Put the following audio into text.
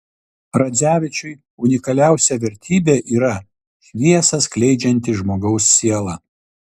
radzevičiui unikaliausia vertybė yra šviesą skleidžianti žmogaus siela